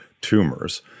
tumors